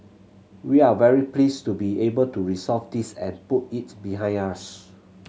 we're very pleased to be able to resolve this and put it behind us